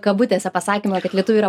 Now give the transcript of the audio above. kabutėse pasakymą kad lietuviai yra